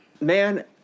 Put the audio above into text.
Man